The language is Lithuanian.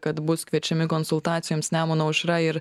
kad bus kviečiami konsultacijoms nemuno aušra ir